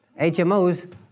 HMOs